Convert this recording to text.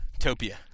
Topia